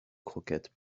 croquettes